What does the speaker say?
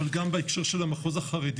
אבל גם בהקשר של המחוז החרדי.